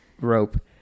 rope